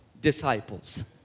disciples